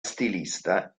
stilista